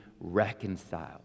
reconciled